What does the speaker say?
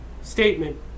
statement